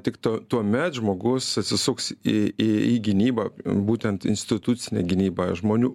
tik to tuomet žmogus atsisuks į į į gynybą būtent institucinę gynybą žmonių